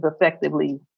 effectively